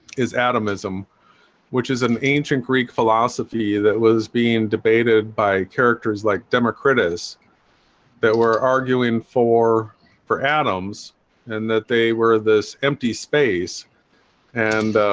is atom ism which is an ancient greek philosophy that was being debated by characters like democritus that were arguing for four atoms and that they were this empty space and